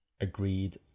agreed